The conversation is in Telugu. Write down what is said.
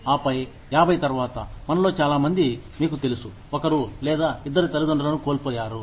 ఆపై 50 తర్వాత మనలో చాలామంది మీకు తెలుసు ఒకరు లేదా ఇద్దరి తల్లిదండ్రులను కోల్పోయారు